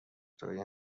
تویی